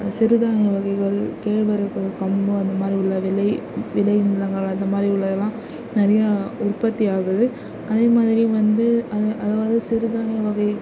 சிறுதானிய வகைகள் கேழ்வரகு கம்பு அந்த மாதிரி உள்ள விளை விளை நிலங்கள் அந்த மாதிரி உள்ளதெல்லாம் நிறைய உற்பத்தி ஆகுது அதே மாதிரி வந்து அ அதாவது சிறு தானிய வகை